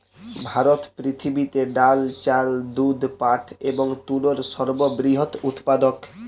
ভারত পৃথিবীতে ডাল, চাল, দুধ, পাট এবং তুলোর সর্ববৃহৎ উৎপাদক